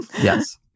Yes